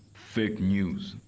fake news.